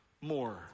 more